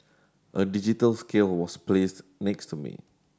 a digital scale was placed next to me